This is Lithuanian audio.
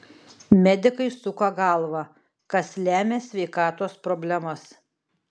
medikai suko galvą kas lemia sveikatos problemas